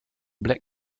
black